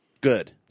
good